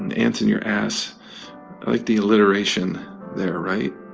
and ants in your ass i like the alliteration there, right?